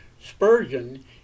Spurgeon